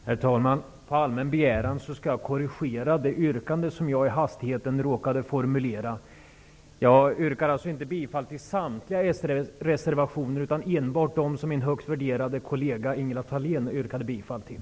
Herr talman! På allmän begäran skall jag korrigera mitt yrkande, som jag i hastigheten råkade formulera fel. Jag yrkar alltså inte bifall till samtliga s-reservationer utan bara till dem som min högst värderade kollega Ingela Thalén yrkade bifall till.